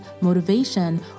motivation